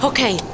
Okay